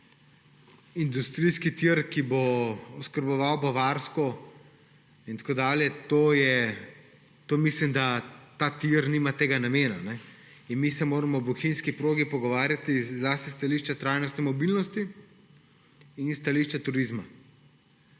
industrijski tir, ki bo oskrboval Bavarsko in tako dalje, mislim, da ta tir nima tega namena. Mi se moramo o bohinjski progi pogovarjati zlasti s stališča trajnostne mobilnosti in s stališča turizma.